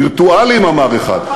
וירטואליים, אמר אחד.